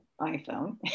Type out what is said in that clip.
iPhone